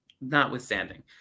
Notwithstanding